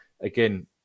Again